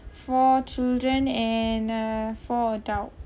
four children and uh four adults